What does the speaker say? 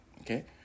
okay